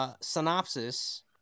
synopsis